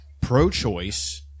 pro-choice